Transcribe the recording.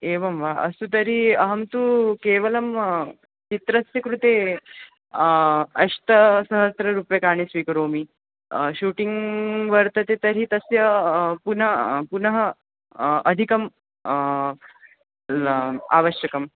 एवं वा अस्तु तर्हि अहं तु केवलं चित्रस्य कृते अष्टसहस्ररूप्यकाणि स्वीकरोमि शूटिंग् वर्तते तर्हि तस्य पुनः पुनः अधिकं ल आवश्यकम्